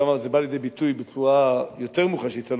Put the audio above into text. שם זה בא לידי ביטוי בצורה יותר מוחשית.